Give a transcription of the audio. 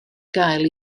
gael